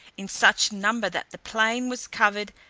in such number that the plain was covered,